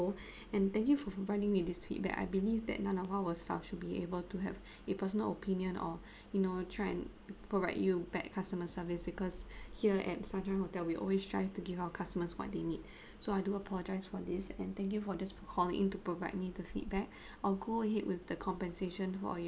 and thank you for providing me this feedback I believe that none of our staff should be able to have a personal opinion or you know try and provide you bad customer service because here at sunshine hotel we always strive to give our customers what they need so I do apologize for this and thank you for this calling in to provide me the feedback I'll go ahead with the compensation for your